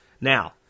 Now